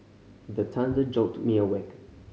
the thunder jolt me awake